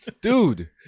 dude